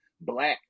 black